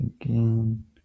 again